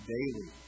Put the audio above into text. Daily